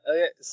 Okay